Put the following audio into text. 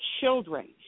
children